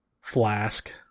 Flask